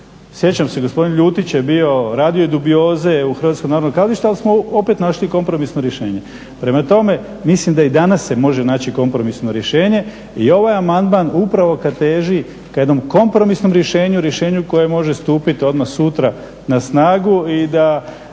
sjećam se, gospodin Ljutić je bio, radio je dubioze u HNK, ali smo opet našli kompromisno rješenje. Prema tome, mislim da i danas se može naći kompromisno rješenje i ovaj amandman upravo teži ka jednom kompromisnom rješenju, rješenju koje može stupiti odmah sutra na snagu i da